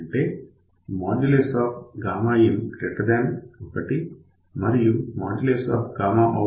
అంటే in1 మరియు out 1